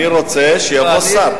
אני רוצה שיבוא שר.